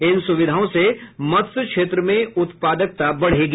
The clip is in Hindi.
इन सुविधाओं से मत्स्य क्षेत्र में उत्पादकता बढ़ेगी